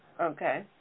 Okay